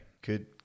good